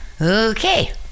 Okay